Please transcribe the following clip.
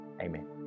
Amen